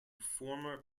former